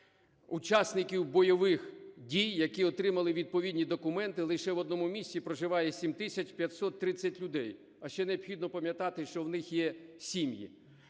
учасників бойових дій, які отримали відповідні документи, лише в одному місті проживає 7 тисяч 530 людей, а ще необхідно пам'ятати, що в них є сім'ї.